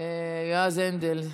השר יועז הנדל.